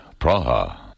Praha